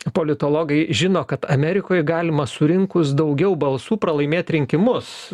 politologai žino kad amerikoj galima surinkus daugiau balsų pralaimėt rinkimus